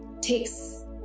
takes